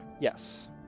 Yes